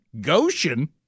Goshen